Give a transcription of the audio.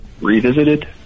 Revisited